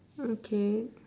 okay